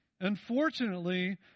Unfortunately